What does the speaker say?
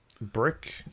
Brick